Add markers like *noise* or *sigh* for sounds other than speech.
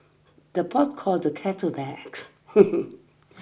the pot calls the kettle back *noise*